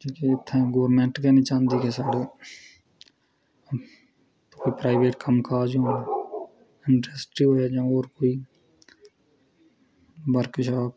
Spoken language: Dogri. क्योंकि उत्थें गौरमैंट गै निं चाहंदी की साढ़े कोई प्राईवेट कम्म काज़ होन इंडस्ट्री होऐ जां हेर कोई लग्गन कोई वर्कशॉप